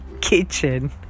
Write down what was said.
kitchen